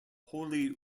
holy